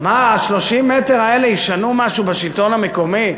30 מ"ר אלה ישנו משהו לשלטון המקומי?